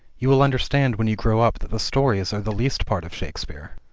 you will understand when you grow up that the stories are the least part of shakespeare.